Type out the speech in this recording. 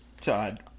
todd